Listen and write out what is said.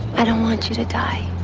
i don't want you to die.